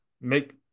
make